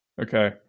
Okay